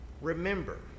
remember